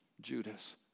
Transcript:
Judas